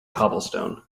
cobblestone